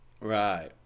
Right